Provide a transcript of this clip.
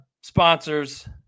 sponsors